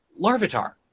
Larvitar